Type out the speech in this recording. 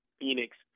Phoenix